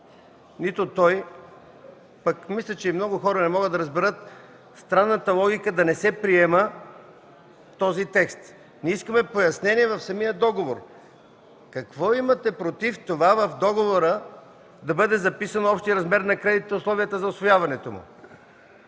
нито той, а и много хора не могат да разберат странната логика да не се приема този текст. Ние искаме да има пояснение в самия договор. Какво имате против в договора да бъде записан общият размер на условията за усвояване на